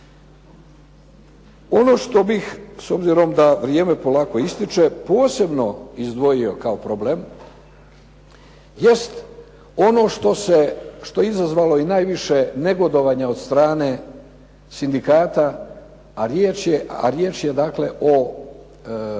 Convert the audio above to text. Ono što bih s obzirom da vrijeme polako ističe posebno izdvojio kao problem jest ono što je izazvalo i najviše negodovanja od strane sindikata a riječ je dakle o